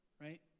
right